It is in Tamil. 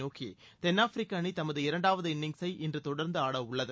நோக்கி தென்னாப்பிரிக்க அணி தமது இரண்டாவது இன்னிப்ஸை இன்று தொடர்ந்து ஆடவுள்ளது